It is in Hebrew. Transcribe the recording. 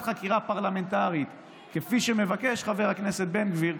חקירה פרלמנטרית כפי שמבקש חבר הכנסת בן גביר,